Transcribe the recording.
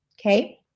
okay